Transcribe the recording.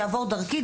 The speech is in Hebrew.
יעבור דרכי,